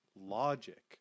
logic